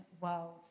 world